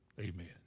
Amen